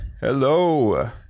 Hello